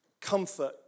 Comfort